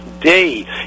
Day